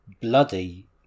bloody